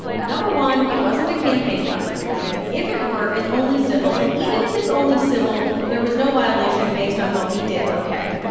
no. one it wasn't a campaign contribution. if it were, it's only civil. and even if it's only civil, there was no violation based on what we did. ok?